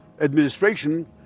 Administration